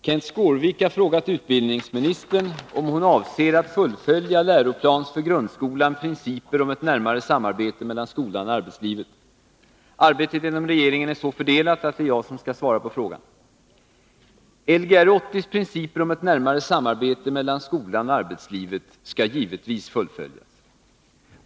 Herr talman! Kenth Skårvik har frågat utbildningsministern om hon avser att fullfölja läroplans för grundskolan principer om ett närmare samarbete mellan skolan och arbetslivet. Arbetet inom regeringen är så fördelat att det är jag som skall svara på frågan. Lgr 80:s principer om ett närmare samarbete mellan skolan och arbetslivet skall givetvis fullföljas.